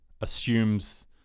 assumes